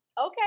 Okay